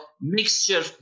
mixture